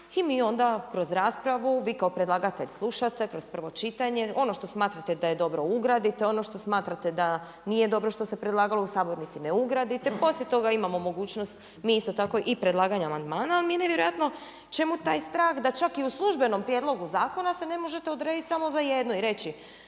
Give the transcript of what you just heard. i mi onda kroz raspravu, vi kao predlagatelj slušate kroz prvo čitanje, ono što smatrate da je dobro ugradite, ono što smatrate da nije dobro što se predlagalo u sabornici ne ugradite, poslije toga imamo mogućnost mi isto tako i predlaganja amandmana. Ali mi je nevjerojatno čemu taj strah da čak i u službenom prijedlogu zakona se ne možete odrediti samo za jedno i reći